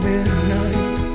Midnight